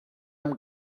amb